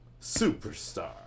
superstar